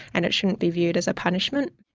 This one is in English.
and it shouldn't be viewed as a punishment.